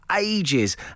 ages